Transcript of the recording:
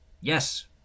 Yes